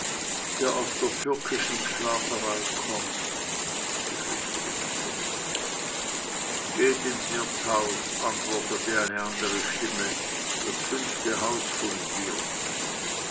der aus der türkischen sklaverei kommt geflüster in der küche geht ins wirtshaus antwortete eine andere stimme das fünfte haus von hier